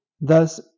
Thus